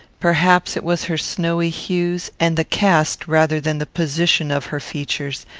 perhaps it was her snowy hues, and the cast rather than the position of her features,